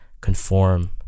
conform